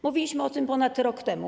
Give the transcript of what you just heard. Mówiliśmy o tym ponad rok temu.